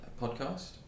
podcast